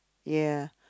ya